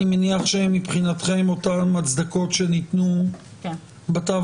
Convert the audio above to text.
אני מניח שמבחינתכם אותן הצדקות שנתנו בתו